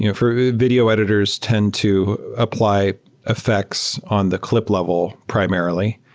you know for video editors, tend to apply effects on the clip level primarily,